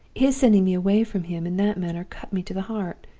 his sending me away from him in that manner cut me to the heart.